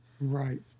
Right